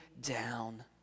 down